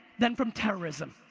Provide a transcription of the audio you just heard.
than from terrorism.